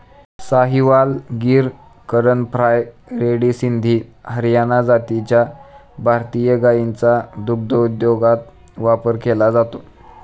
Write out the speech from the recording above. Sahiwal, Gir, Karan Fries, red Sindhi, Haryana जातीच्या भारतीय गायींचा दुग्धोद्योगात वापर केला जातो